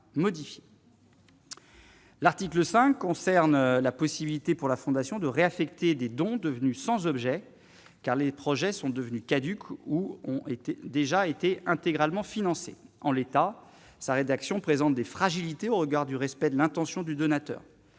L'article 5 concerne la possibilité pour la fondation de réaffecter des dons devenue sans objet car les projets sont devenues caduques ou ont été déjà été intégralement financés en l'état sa rédaction présente des fragilités au regard du respect de l'intention du donateur,